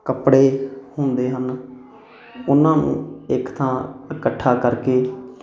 ਕੱਪੜੇ ਹੁੰਦੇ ਹਨ ਉਹਨਾਂ ਨੂੰ ਇੱਕ ਥਾਂ ਇਕੱਠਾ ਕਰਕੇ